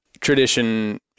tradition